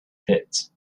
pits